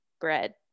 bread